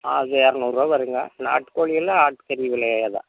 அது இரநூறுவா வருங்க நாட்டுக் கோழி எல்லாம் ஆட்னெரி விலையே தான்